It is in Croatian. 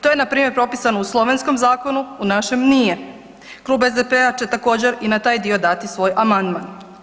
To je npr. propisano u slovenskom zakonu u našem nije, klub SDP-a će također i na taj dio dati svoj amandman.